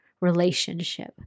relationship